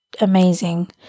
amazing